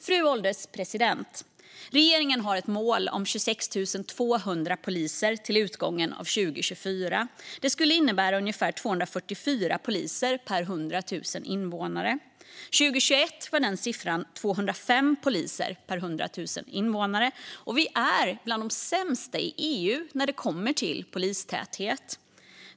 Fru ålderspresident! Regeringen har ett mål om 26 200 poliser till utgången av 2024. Det skulle innebära ungefär 244 poliser per 100 000 invånare. År 2021 var siffran 205 poliser per 100 000 invånare. Vi är bland de sämsta i EU när det kommer till polistäthet.